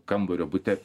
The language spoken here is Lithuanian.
kambario bute